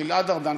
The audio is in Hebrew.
גלעד ארדן.